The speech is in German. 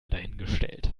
dahingestellt